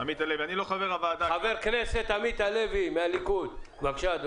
חבר הכנסת עמית הלוי, בבקשה.